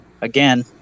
again